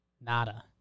Nada